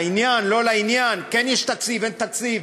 לעניין, לא לעניין, כן יש תקציב, אין תקציב,